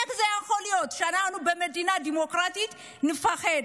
איך זה יכול להיות שאנחנו במדינה דמוקרטית נפחד?